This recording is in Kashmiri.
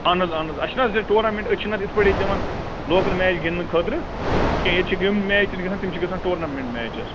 اَہَن حظ اَن حظ اَسہِ چھِنہٕ حظ ٹورنامیٚنٹ أسۍ چھِنہٕ نَتہٕ اِتھ پٲٹھۍ دِوان لوکل میچ گِنٛدنہٕ خٲطرٕ کیٚنٛہہ ییٚتہ چھِ یِم میچ گژھَن تِم چہِ گژھَن ٹورنامنٹ میچ حظ